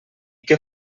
què